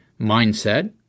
Mindset